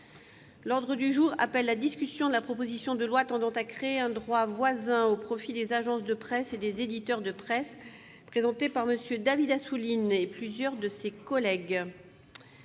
groupe socialiste et républicain, de la proposition de loi tendant à créer un droit voisin au profit des agences de presse et des éditeurs de presse, présentée par M. David Assouline et plusieurs de ses collègues